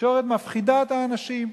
התקשורת מפחידה את האנשים.